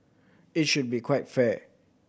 it should be quite fair